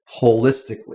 holistically